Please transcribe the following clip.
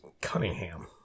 Cunningham